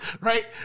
right